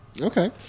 Okay